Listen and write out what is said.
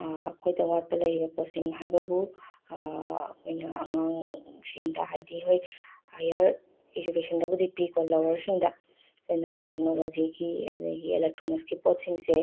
ꯑꯩꯈꯣꯏꯗ ꯑꯋꯥꯠꯄ ꯂꯩꯔꯤꯕ ꯄꯣꯠꯁꯤꯡ ꯍꯥꯏꯕꯕꯨ ꯑꯩꯈꯣꯏꯅ ꯑꯉꯥꯡꯁꯤꯡꯗ ꯍꯥꯏꯗꯤ ꯍꯣꯏ ꯍꯥꯏꯌꯔ ꯏꯖꯨꯀꯦꯁꯟꯗꯕꯨꯗꯤ ꯄꯤꯀꯣ ꯂꯣꯋꯥꯔꯁꯤꯡꯗ ꯑꯩꯈꯣꯏꯅ ꯇꯦꯛꯅꯣꯂꯣꯖꯤꯒꯤ ꯑꯗꯒꯤ ꯑꯦꯂꯦꯛꯇ꯭ꯔꯣꯅꯤꯛꯁꯀꯤ ꯄꯣꯠꯁꯤꯡꯁꯦ